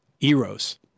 eros